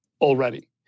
already